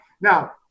Now